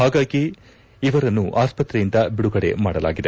ಹೀಗಾಗಿ ಇವರನ್ನು ಆಸ್ಪತ್ರೆಯಿಂದ ಬಿಡುಗಡೆ ಮಾಡಲಾಗಿದೆ